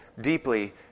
deeply